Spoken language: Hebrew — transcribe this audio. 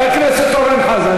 חבר הכנסת אורן חזן,